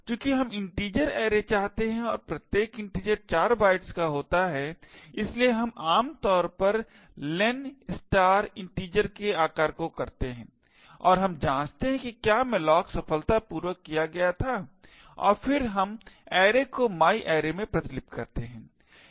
चूँकि हम एक इन्टिजर ऐरे चाहते हैं और प्रत्येक इन्टिजर 4 बाइट्स का होता है इसलिए हम आम तौर पर len इन्टिजर के आकार को करते हैं और हम जाँचते हैं कि क्या malloc सफलतापूर्वक किया गया था और फिर हम ऐरे को myarray में प्रतिलिपि करते हैं